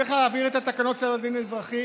צריך להעביר את תקנות סדר דין אזרחי,